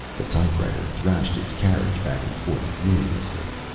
the typewriter thrashed its carriage back and forth furiously.